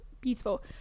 beautiful